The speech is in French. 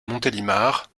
montélimar